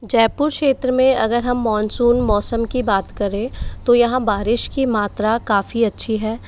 जयपुर क्षेत्र में अगर हम मानसून मौसम की बात करें तो यहाँ बारिश की मात्रा काफ़ी अच्छी है